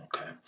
okay